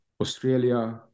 Australia